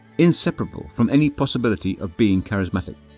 inseparable from any possibility of being charismatic.